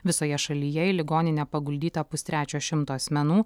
visoje šalyje į ligoninę paguldyta pustrečio šimto asmenų